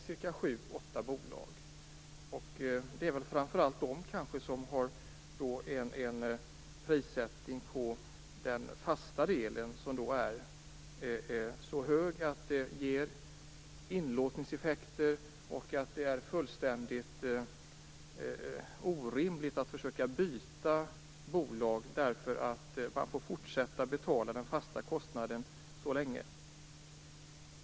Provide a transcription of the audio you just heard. Det kanske framför allt är de som har så höga fasta kostnader. De är då så höga att de medför inlåsningseffekter. Det är fullständigt orimligt att försöka byta bolag, eftersom man får fortsätta att betala den fasta kostnaden så länge.